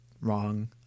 wrong